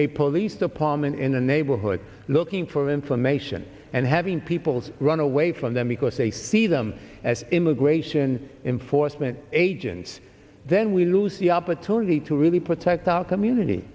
a police department in a neighborhood looking for information and having people's run away from them because they see them as immigration enforcement agents then we lose the opportunity to really protect our community